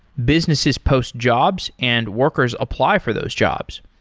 businesses post jobs and workers apply for those jobs.